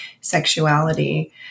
sexuality